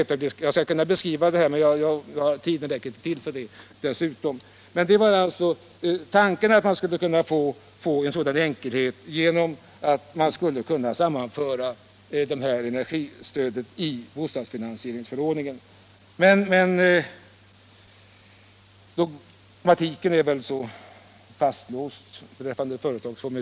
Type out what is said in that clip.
Jag skulle kunna beskriva det här, men tiden räcker inte till för det. Vår tanke var att man skulle kunna få enkelhet genom att sammanföra reglerna för energisparstödet med bostadsfinansieringsförordningen. Men dogmatiken är väl fastlåst.